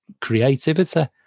creativity